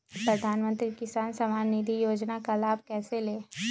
प्रधानमंत्री किसान समान निधि योजना का लाभ कैसे ले?